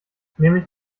nämlich